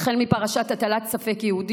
החל מפרשת הטלת ספק-יהודים,